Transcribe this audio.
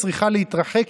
לחברת כנסת,